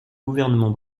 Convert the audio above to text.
gouvernement